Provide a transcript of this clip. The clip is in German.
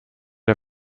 der